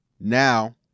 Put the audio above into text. Now